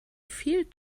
viel